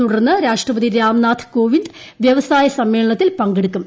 തുടർന്ന് രാഷ്ട്രപതി രാംനാഥ് കോവിന്ദ് വൃവസായ സമ്മേളനത്തിൽ പങ്കെടുക്കും